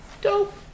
Dope